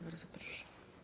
Bardzo proszę.